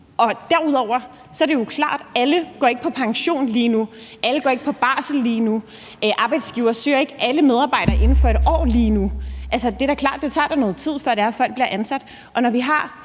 nu. Derudover er det klart, at alle ikke går på pension lige nu; alle går ikke på barsel lige nu; arbejdsgivere søger ikke alle medarbejdere inden for et år lige nu. Det er da klart, at det tager noget tid, før folk bliver ansat. Og når vi har